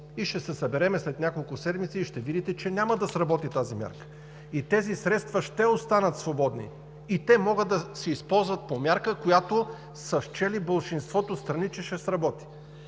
Ще се съберем след няколко седмици и ще видите, че няма да сработи мярката. Тези средства ще останат свободни и те могат да се използват по мярка, която са счели болшинството страни, че ще сработи.